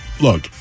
look